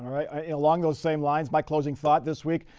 i mean along those same lines, my closing thought this week,